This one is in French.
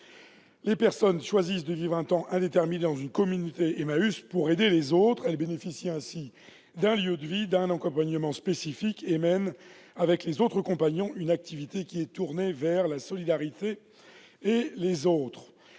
les personnes choisissent de vivre un temps indéterminé dans une communauté Emmaüs pour aider les autres. Elles bénéficient ainsi d'un lieu de vie, d'un accompagnement spécifique et mènent une activité tournée vers la solidarité. Depuis